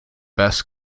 best